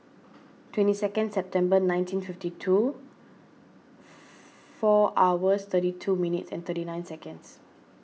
twenty second September nineteen fifty two four hours thirty two minutes and thirty nine seconds